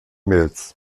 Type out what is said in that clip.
mills